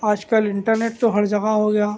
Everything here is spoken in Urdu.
آج کل انٹرنیٹ تو ہر جگہ ہوگیا